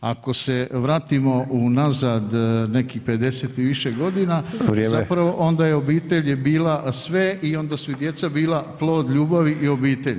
Ako se vratimo unazad nekih 50 i više godina [[Upadica: Vrijeme.]] zapravo onda je obitelj bila sve i onda su i djeca bila plod ljubavi i obitelji.